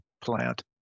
plant